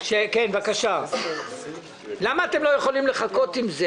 משרד התחבורה לא עושה את זה.